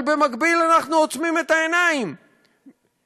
אבל במקביל אנחנו עוצמים את העיניים כשאנחנו